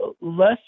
less